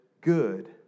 good